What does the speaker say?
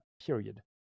period